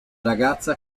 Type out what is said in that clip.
ragazza